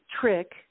trick